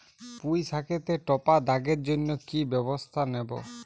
পুই শাকেতে টপা দাগের জন্য কি ব্যবস্থা নেব?